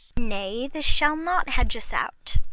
nay, this shall not hedge us out.